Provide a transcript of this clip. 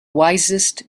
wisest